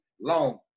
long